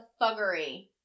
fuggery